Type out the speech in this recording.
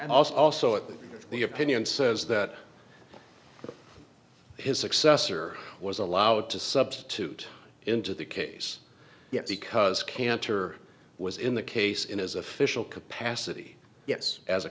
and also also the opinion says that his successor was allowed to substitute into the case because cantor was in the case in his official capacity yes as a